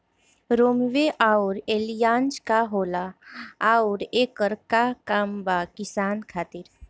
रोम्वे आउर एलियान्ज का होला आउरएकर का काम बा किसान खातिर?